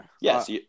Yes